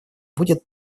будет